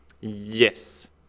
yes